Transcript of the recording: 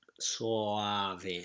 soave